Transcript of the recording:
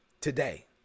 today